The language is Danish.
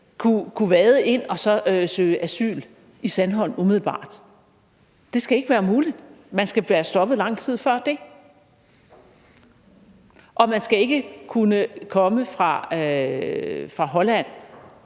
kunne vade ind og søge asyl i Sandholmlejren. Det skal ikke være muligt; man skal være blevet stoppet lang tid før det. Og man skal ikke kunne komme fra Holland,